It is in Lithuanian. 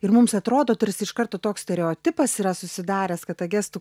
ir mums atrodo tarsi iš karto toks stereotipas yra susidaręs kad ta gestų